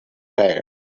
tired